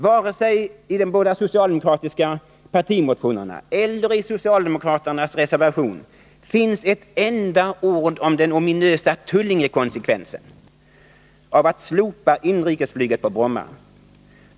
; Varken i de socialdemokratiska partimotionerna eller i socialdemokraternas reservation finns ett enda ord om den ominösa ”Tullingekonsekvensen” av att man slopar inrikesflyget på Bromma.